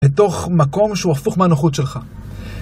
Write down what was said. בתוך מקום שהוא הפוך מהנוחות שלך.